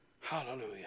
hallelujah